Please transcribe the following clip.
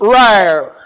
rare